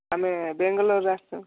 ଆମେ ବାଙ୍ଗାଲୁରୁରୁ ଆସିଛୁ